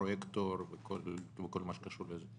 הפרויקטור וכל מה שקשור לזה?